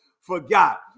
forgot